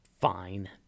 Fine